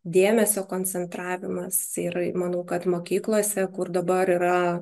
dėmesio koncentravimas ir manau kad mokyklose kur dabar yra